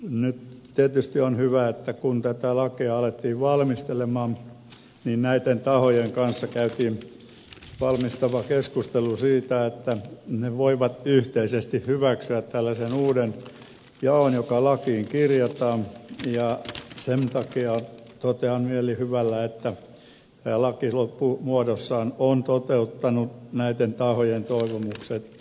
nyt tietysti on hyvä että kun tätä lakia alettiin valmistella niin näitten tahojen kanssa käytiin valmistava keskustelu siitä että ne voivat yhteisesti hyväksyä tällaisen uuden jaon joka lakiin kirjataan ja sen takia totean mielihyvällä että tämä laki loppumuodossaan on toteuttanut näitten tahojen toivomukset